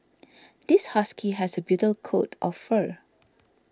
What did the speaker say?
this husky has a bitter coat of fur